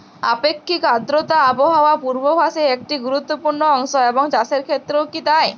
আপেক্ষিক আর্দ্রতা আবহাওয়া পূর্বভাসে একটি গুরুত্বপূর্ণ অংশ এবং চাষের ক্ষেত্রেও কি তাই?